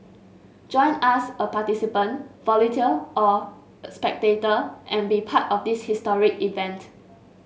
join us a participant volunteer or spectator and be part of this historic event